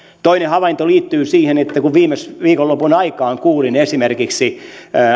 toinen havainto liittyy siihen että kun viime viikonlopun aikaan kuulin esimerkiksi